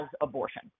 abortion